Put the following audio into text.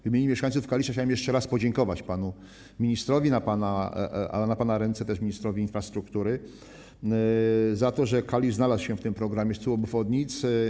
W imieniu mieszkańców Kalisza chciałem jeszcze raz podziękować panu ministrowi, a na pana ręce też ministrowi infrastruktury za to, że Kalisz znalazł się w programie 100 obwodnic.